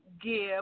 give